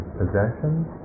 possessions